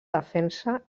defensa